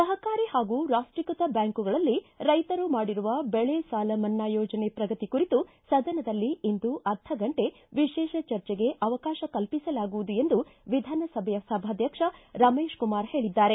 ಸಹಕಾರಿ ಹಾಗೂ ರಾಷ್ಷೀಕೃತ ಬ್ಯಾಂಕುಗಳಲ್ಲಿ ರೈತರು ಮಾಡಿರುವ ಬೆಳೆ ಸಾಲ ಮನ್ನಾ ಯೋಜನೆ ಪ್ರಗತಿ ಕುರಿತು ಸದನದಲ್ಲಿ ಇಂದು ಅರ್ಧ್ ಗಂಟೆ ವಿಶೇಷ ಚರ್ಚೆಗೆ ಅವಕಾಶ ಕಲ್ಪಿಸಲಾಗುವುದು ಎಂದು ವಿಧಾನ ಸಭೆಯ ಸಭಾಧ್ವಕ್ಷ ರಮೇಶ್ ಕುಮಾರ್ ಹೇಳಿದ್ದಾರೆ